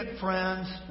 friends